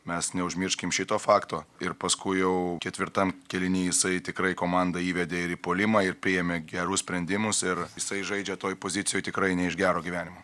mes neužmirškim šito fakto ir paskui jau ketvirtam kėliny jisai tikrai komandą įvedė ir į puolimą ir priėmė gerus sprendimus ir jisai žaidžia toj pozicijoj tikrai ne iš gero gyvenimo